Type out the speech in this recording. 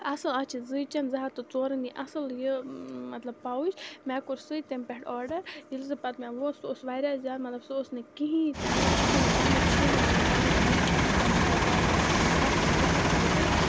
اَصٕل اَتھ چھِ زٕے چند زٕ ہَتھ تہٕ ژورَن یی اَصٕل یہِ مطلب پاوُچ مےٚ کوٚر سُے تَمہِ پٮ۪ٹھ آرڈَر ییٚلہِ سُہ پَتہٕ مےٚ ووت سُہ اوس واریاہ زیادٕ مطلب سُہ اوس نہٕ کِہیٖنۍ تہِ نہٕ کِہیٖنۍ نہٕ تَتھ منٛز چھی نہٕ واتان تَتھ منٛز چھِ مَسا مَسا مطلب واتَن تَتھ منٛز ہَتھ یا زٕ ہَتھ رۄپیہِ